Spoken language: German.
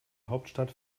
hauptstadt